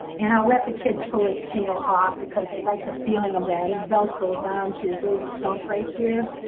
and i'll let the kids pull his tail off, because they like the feeling of that. it's velcroed on to his little stump right here.